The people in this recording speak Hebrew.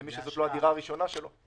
למי שזאת לא הדירה הראשונה שלו.